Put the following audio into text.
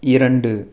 இரண்டு